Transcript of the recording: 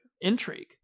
Intrigue